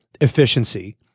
efficiency